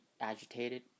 agitated